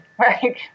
right